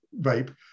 vape